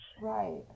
Right